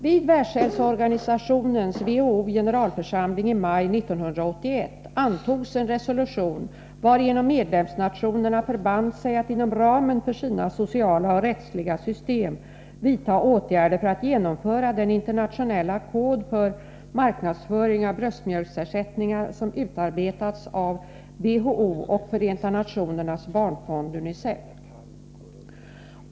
Vid världshälsoorganisationens generalförsamling i maj 1981 antogs en resolution, varigenom medlemsnationerna förband sig att inom ramen för sina sociala och rättsliga system vidta åtgärder för att genomföra den internationella kod för marknadsföring av bröstmjölksersättningar som utarbetats av WHO och Förenta nationernas barnfond .